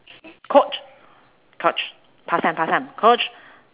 caught caught past time past time caught